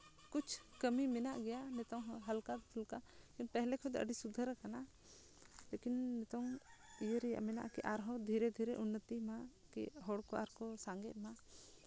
ᱠᱩᱪ ᱠᱟᱹᱢᱤ ᱢᱮᱱᱟᱜ ᱜᱮᱭᱟ ᱱᱤᱛᱚᱝ ᱦᱚᱸ ᱦᱟᱞᱠᱟ ᱯᱷᱟᱞᱠᱟ ᱯᱮᱦᱞᱮ ᱠᱷᱚᱱ ᱫᱚ ᱟᱹᱰᱤ ᱥᱩᱫᱷᱟᱹᱨ ᱠᱟᱱᱟ ᱞᱮᱠᱤᱱ ᱱᱤᱛᱚᱝ ᱤᱭᱟᱹ ᱨᱮᱭᱟᱜ ᱢᱮᱱᱟᱜᱼᱟ ᱠᱤ ᱟᱨᱦᱚᱸ ᱫᱷᱤᱨᱮ ᱫᱷᱤᱨᱮ ᱩᱱᱱᱚᱛᱤ ᱢᱟᱜᱮ ᱦᱚᱲᱠᱚ ᱟᱨᱠᱚ ᱥᱟᱸᱜᱮᱜ ᱢᱟ